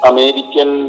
American